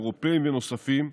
אירופיים ונוספים,